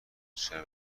چرا